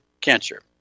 cancer